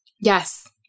yes